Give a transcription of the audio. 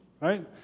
right